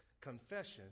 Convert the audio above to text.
Confession